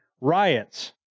riots